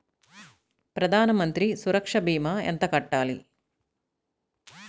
ప్రధాన మంత్రి సురక్ష భీమా ఎంత కట్టాలి?